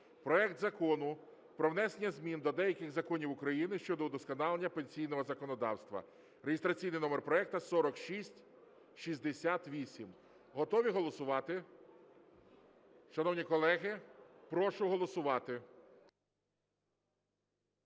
проект Закону про внесення змін до деяких законів України щодо удосконалення пенсійного законодавства (реєстраційний номер проекту 4668). Готові голосувати? Шановні колеги, прошу голосувати.